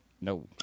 No